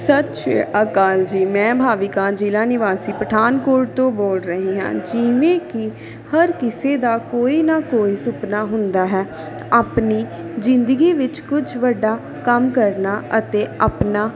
ਸਤਿ ਸ਼੍ਰੀ ਅਕਾਲ ਜੀ ਮੈਂ ਭਾਵੀਕਾ ਜ਼ਿਲ੍ਹਾ ਨਿਵਾਸੀ ਪਠਾਨਕੋਟ ਤੋਂ ਬੋਲ ਰਹੀ ਹਾਂ ਜਿਵੇਂ ਕਿ ਹਰ ਕਿਸੇ ਦਾ ਕੋਈ ਨਾ ਕੋਈ ਸੁਪਨਾ ਹੁੰਦਾ ਹੈ ਆਪਣੀ ਜ਼ਿੰਦਗੀ ਵਿੱਚ ਕੁਝ ਵੱਡਾ ਕੰਮ ਕਰਨਾ ਅਤੇ ਆਪਣਾ